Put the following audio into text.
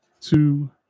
two